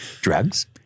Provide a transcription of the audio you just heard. drugs